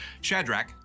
Shadrach